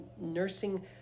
nursing